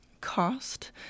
cost